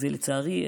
לצערי,